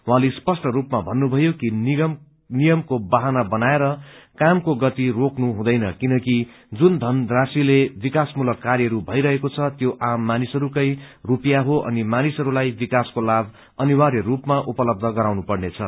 उहाँले स्पष्ट रूपमा भन्नुभयो कि नियमको बहाना बनाएर कामको गति रोकिनु हुँदैन किनकि जुन धनराशीले विकासमूलक र्कायहरू मैरहेको छ त्यो आम मानिसहरूकै रूपियाँ हो अनि मानिसहरूलाई विकासको लाभ अनिर्वाय रूपमा उपलब्ध गराउनु पर्नेछ